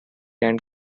and